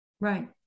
right